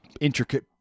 intricate